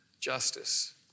justice